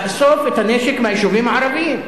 לאסוף את הנשק מהיישובים הערביים,